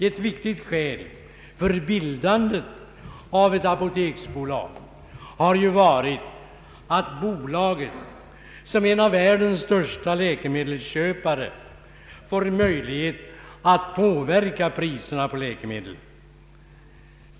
Ett viktigt skäl för bildandet av ett apoteksbolag har ju varit att bolaget som en av världens största läkemedelsköpare får möjlighet att påverka priserna på läkemedel.